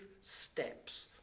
steps